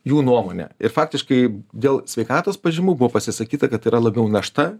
jų nuomonė ir faktiškai dėl sveikatos pažymų buvo pasisakyta kad tai yra labiau našta